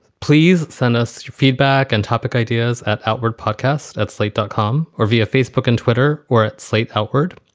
please send us your feedback and topic ideas at outward podcast, at slate dot com or via facebook and twitter. or at slate outward.